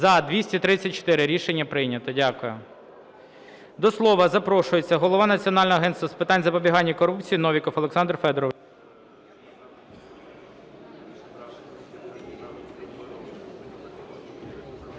За-234 Рішення прийнято. Дякую. До слова запрошується голова Національного агентства з питань запобігання корупції Новіков Олександр Федорович.